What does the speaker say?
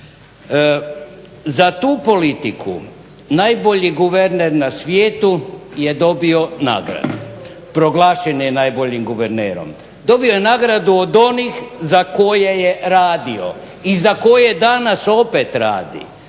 Za tu politiku najbolji guverner na svijetu je dobio nagradu, proglašen je najboljim guvernerom. Dobio je nagradu od onih za koje je radio i za koje danas opet radi,